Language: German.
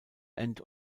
end